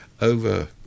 over